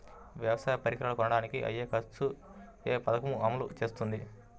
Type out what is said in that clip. వ్యవసాయ పరికరాలను కొనడానికి అయ్యే ఖర్చు ఏ పదకము అమలు చేస్తుంది?